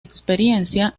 experiencia